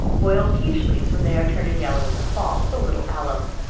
boil peach leaves when they are turning yellow in the fall, with a little alum.